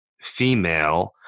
female